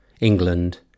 England